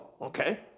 Okay